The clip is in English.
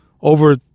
over